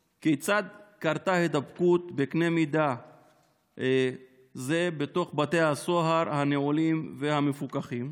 1. כיצד קרתה הידבקות בקנה מידה זה בתוך בתי הסוהר הנעולים והמפוקחים?